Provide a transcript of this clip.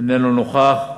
אינו נוכח,